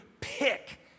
pick